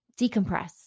decompress